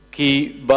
לנכון,